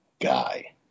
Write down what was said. guy